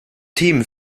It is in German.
team